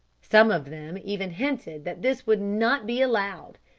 some of them even hinted that this would not be allowed,